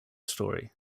story